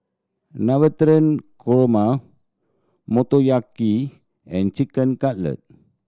Navratan Korma Motoyaki and Chicken Cutlet